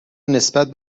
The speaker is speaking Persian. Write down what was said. نسبت